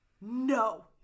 No